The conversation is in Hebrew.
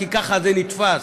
כי ככה זה נתפס,